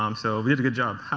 um so we did a good job.